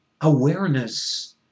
awareness